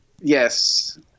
Yes